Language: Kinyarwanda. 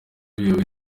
biyobowe